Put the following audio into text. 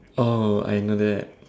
oh I know that